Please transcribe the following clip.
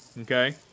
Okay